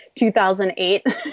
2008